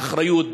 באחריות,